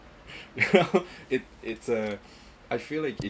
it it's uh I feel like it